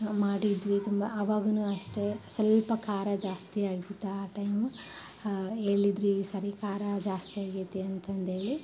ಮಾಡಿದ್ವಿ ತುಂಬ ಆವಾಗಲೂ ಅಷ್ಟೆ ಸ್ವಲ್ಪ ಖಾರ ಜಾಸ್ತಿ ಆಗಿತ್ತು ಆ ಟೈಮ್ ಹೇಳಿದಿರಿ ಸರಿ ಖಾರ ಜಾಸ್ತಿ ಆಗೈತಿ ಅಂತಂದೇಳಿ